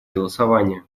голосования